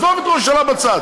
עזוב את ראש הממשלה בצד.